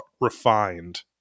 refined